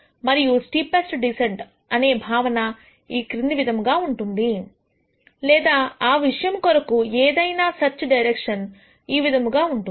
మరియు steepest descent అనే భావన ఈ క్రింది విధముగా ఉంటుంది లేదా ఆ విషయము కొరకు ఏదైనా సెర్చ్ డైరెక్షన్ ఈ విధముగా ఉంటుంది